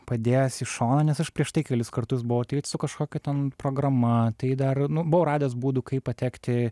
padėjęs į šoną nes aš prieš tai kelis kartus buvau su kažkokia ten programa tai dar buvau radęs būdų kaip patekti